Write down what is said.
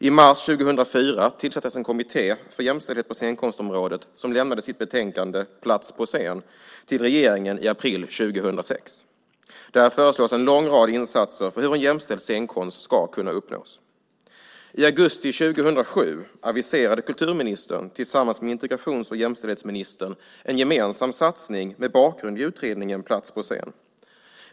I mars 2004 tillsattes en kommitté för jämställdhet på scenkonstområdet som lämnade sitt betänkande Plats på scen till regeringen i april 2006. Där föreslås en lång rad insatser för hur en jämställd scenkonst ska kunna uppnås. I augusti 2007 aviserade kulturministern tillsammans med integrations och jämställdhetsministern en gemensam satsning med bakgrund i utredningen Plats på scen .